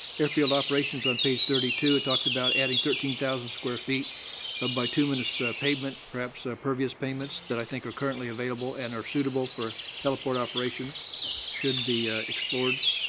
airfield operations on page thirty two, it talks about adding thirteen thousand square feet of bituminous pavement, perhaps pervious pavements that i think are currently available and are suitable for heliport operations should be explored.